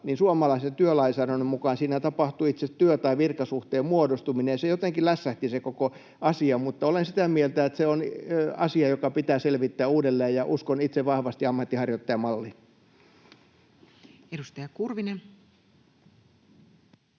suomalaisen työlainsäädännön mukaan siinä tapahtuu itse asiassa työ- tai virkasuhteen muodostuminen, ja jotenkin se koko asia lässähti. Mutta olen sitä mieltä, että se on asia, joka pitää selvittää uudelleen, ja uskon itse vahvasti ammatinharjoittajamalliin. Edustaja Kurvinen.